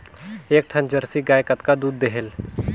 एक ठन जरसी गाय कतका दूध देहेल?